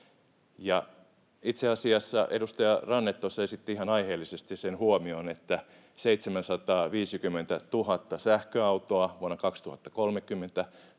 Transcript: Itse asiassa edustaja Ranne tuossa esitti ihan aiheellisesti sen huomion, että 750 000 sähköautoa vuonna 2030